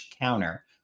counter